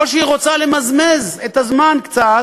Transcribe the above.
או שהיא רוצה למזמז את הזמן קצת,